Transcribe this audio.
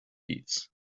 thieves